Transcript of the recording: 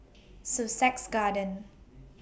Sussex Garden